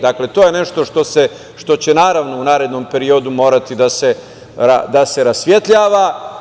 Dakle, to je nešto što će u narednom periodu morati da se rasvetljava.